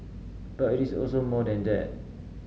but it is also more than that